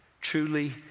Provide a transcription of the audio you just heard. Truly